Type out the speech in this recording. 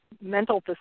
mental